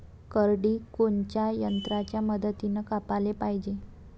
करडी कोनच्या यंत्राच्या मदतीनं कापाले पायजे?